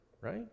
right